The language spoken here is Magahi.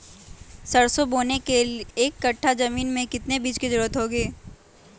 सरसो बोने के एक कट्ठा जमीन में कितने बीज की जरूरत होंगी?